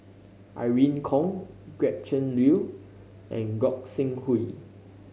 Irene Khong Gretchen Liu and Gog Sing Hooi